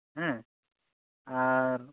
ᱦᱮᱸ ᱟᱨ